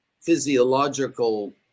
physiological